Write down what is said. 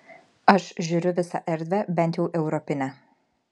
aš žiūriu visą erdvę bent jau europinę